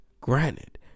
Granted